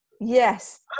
Yes